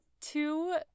two